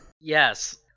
Yes